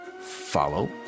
follow